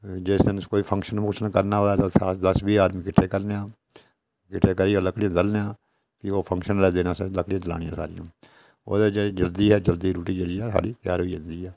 जिस दिन कोई फंक्शन फुंक्शन करना होऐ उत्थै अस दस बीह् आदमी किट्ठे करने आं किट्ठे करियै लकड़ियां दलने आं फ्ही ओह् फंक्शन आह्लै दिन असें ओह् लकड़ियां जलानियां सारिआं ओह्दे च जेह्ड़ी साढ़ी जल्दी रुटुटी ऐ त्यार होई जंदी ऐ